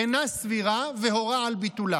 "אינה סבירה והורה על ביטולה".